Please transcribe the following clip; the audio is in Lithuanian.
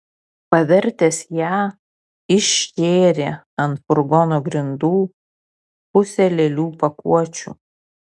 pavertęs ją išžėrė ant furgono grindų pusę lėlių pakuočių